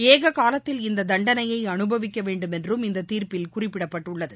ஏக காலத்தில் இந்த தண்டனையை அனுபவிக்கவேண்டும் என்றும் இந்த தீர்ப்பில் குறிப்பிடப்பட்டுள்ளது